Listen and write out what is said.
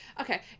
Okay